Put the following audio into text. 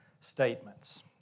statements